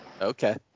Okay